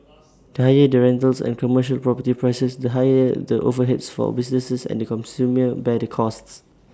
the higher the rentals and commercial property prices the higher the overheads for businesses and consumers bear the costs